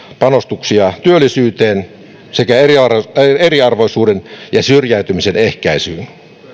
panostuksia työllisyyteen sekä eriarvoisuuden ja syrjäytymisen ehkäisyyn